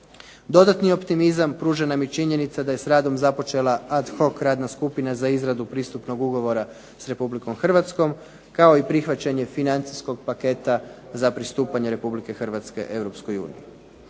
Dodatni optimizam pruža nam i činjenica da je s radom započela ad hoc radna skupina za izradu pristupnog ugovora s Republikom Hrvatskom kao i prihvaćanje financijskog paketa za pristupanje Republike Hrvatske